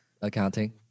accounting